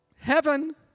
heaven